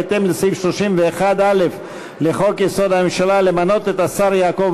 והודעתה בהתאם לסעיף 31(א) לחוק-יסוד: הממשלה למנות את השר יעקב